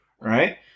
right